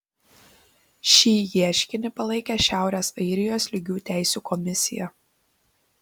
šį ieškinį palaikė šiaurės airijos lygių teisių komisija